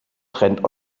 trennt